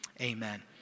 Amen